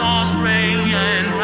Australian